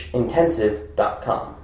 intensive.com